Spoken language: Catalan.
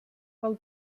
pel